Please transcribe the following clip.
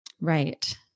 Right